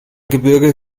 gebirge